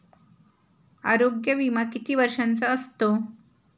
आरोग्य विमा किती वर्षांचा असतो?